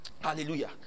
Hallelujah